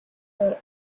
her